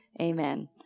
Amen